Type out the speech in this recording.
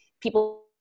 people